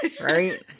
right